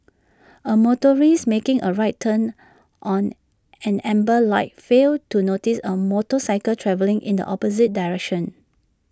A motorist making A right turn on an amber light failed to notice A motorcycle travelling in the opposite direction